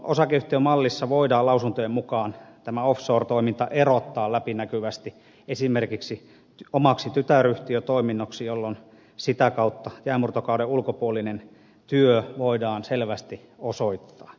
osakeyhtiömallissa voidaan lausuntojen mukaan tämä off shore toiminta erottaa läpinäkyvästi esimerkiksi omaksi tytäryhtiötoiminnoksi jolloin sitä kautta jäänmurtokauden ulkopuolinen työ voidaan selvästi osoittaa